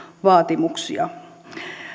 vaatimuksia